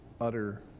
utter